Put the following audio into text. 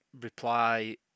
reply